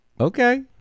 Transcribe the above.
okay